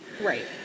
Right